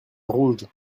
rouge